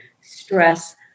stress